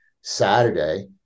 Saturday